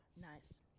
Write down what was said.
Nice